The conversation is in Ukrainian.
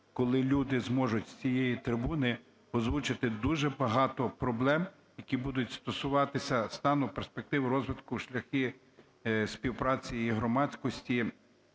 коли люди зможуть з цієї трибуни озвучити дуже багато проблем, які будуть стосуватися стану, перспектив розвитку, шляхи співпраці і громадськості